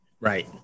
Right